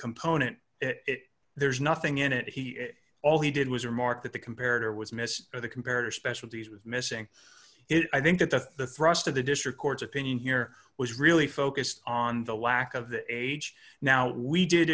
component it there's nothing in it he all he did was remark that the compared or was missed or the comparative specialties was missing it i think that the thrust of the district court's opinion here was really focused on the lack of the age now we did